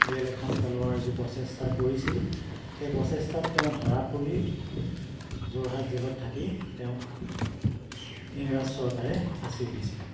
rail এখন পেলোৱাৰ যি প্ৰচেষ্টা কৰিছিল সেই প্ৰচেষ্টাত তেওঁ ধৰা পৰি যোৰহাট জেলত থাকি তেওঁক ইংৰাজ চৰকাৰে ফাঁচিও দিছিলে